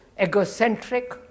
egocentric